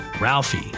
Ralphie